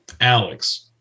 Alex